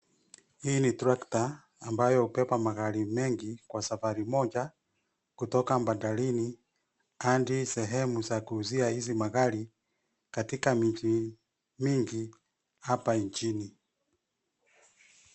Hii ni tractor, ambayo hubeba magari mengi, kwa safari moja, kutoka bandarini, hadi sehemu za kuuzia hizi magari, katika miji mingi, hapa nchini.